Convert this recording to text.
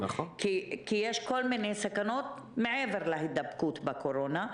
כי יש כל מיני סכנות מעבר להידבקות בקורונה,